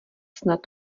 snad